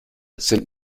sind